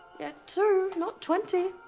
yeah, two, not twenty!